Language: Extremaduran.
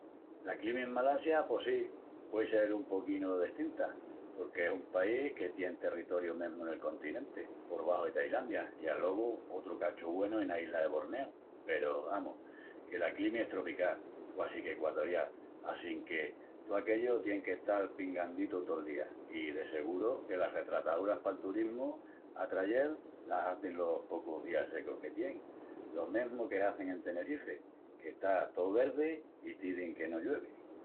La climi en Malasia pos sí puei sel un poquinu destinta porque es un país que tien territoriu mesmu nel continenti, por baxu de Tailandia, i alogu otru cachu güenu ena isla de Borneu. Peru, amus, que la climi es tropical, quasi que equatorial, assínque tó aquellu tien qu'estal pinganditu tol día. I de seguru que las retrataúras pal turismu atrayel las hazin los pocus días secus que tien. Lo mesmu que hazin en Tenerifi, que está to verdi i t'izin que no lluevi.